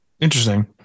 Interesting